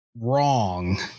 wrong